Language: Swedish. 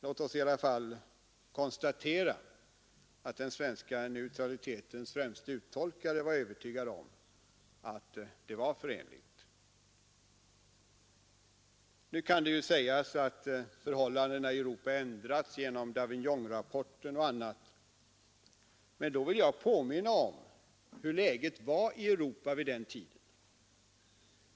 Låt oss i alla fall konstatera att den svenska neutralitetens främste uttolkare var övertygad om att det var förenligt. Nu kan det ju sägas att förhållandena ändrats genom Davignonrapporten och annat, men jag vill påminna om hur läget var i Europa vid den tiden.